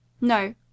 No